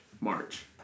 March